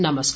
नमस्कार